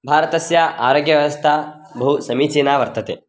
भारतस्य आरोग्यव्यवस्था बहु समीचीना वर्तते